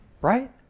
Right